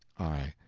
i.